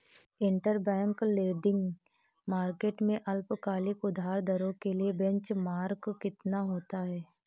Interbank lending market में अल्पकालिक उधार दरों के लिए बेंचमार्क कितना होता है?